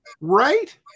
Right